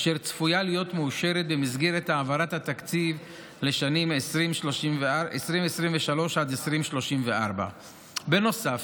אשר צפויה להיות מאושרת במסגרת העברת התקציב לשנים 2023 עד 2024. בנוסף,